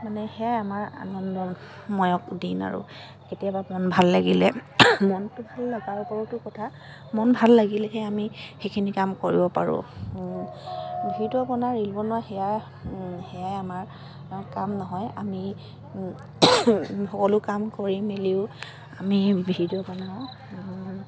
মানে সেয়াই আমাৰ আনন্দময়ক দিন আৰু কেতিয়াবা মন ভাল লাগিলে মনটো ভাল লগাৰ ওপৰতো কথা মন ভাল লাগিলেহে আমি সেইখিনি কাম কৰিব পাৰোঁ ভিডিঅ' বনোৱা ৰীল বনোৱা সেয়াই সেয়াই আমাৰ কাম নহয় আমি সকলো কাম কৰি মেলিও আমি ভিডিঅ' বনাওঁ